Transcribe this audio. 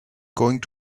going